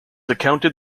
accounted